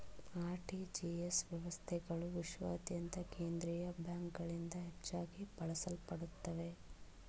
RTGS ವ್ಯವಸ್ಥೆಗಳು ವಿಶ್ವಾದ್ಯಂತ ಕೇಂದ್ರೀಯ ಬ್ಯಾಂಕ್ಗಳಿಂದ ಹೆಚ್ಚಾಗಿ ಬಳಸಲ್ಪಡುತ್ತವೆ